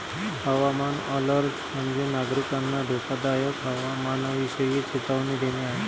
हवामान अलर्ट म्हणजे, नागरिकांना धोकादायक हवामानाविषयी चेतावणी देणे आहे